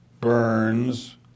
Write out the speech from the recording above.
Burns